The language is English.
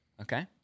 Okay